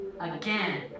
again